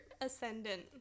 ascendant